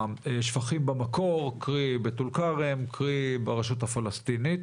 בשפכים במקור, קרי בטול כרם וברשות הפלסטינית